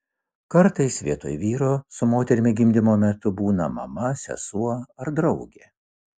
kartais vietoj vyro su moterimi gimdymo metu būna mama sesuo ar draugė